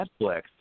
Netflix